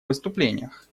выступлениях